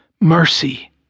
Mercy